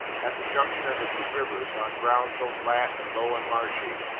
at the junction of the two rivers, on ground so flat and low and marshy,